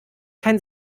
kein